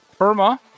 Perma